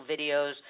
videos